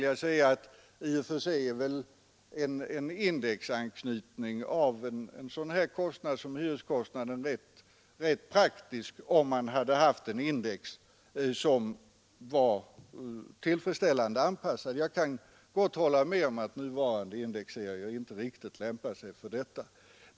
Ja, i och för sig är väl indexanknytning av en sådan utgift som hyreskostnaden rätt praktiskt, om man hade haft en index som varit tillfredsställande anpassad. Jag kan gott hålla med om att nuvarande indexserier inte riktigt lämpar sig för detta.